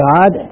God